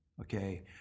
okay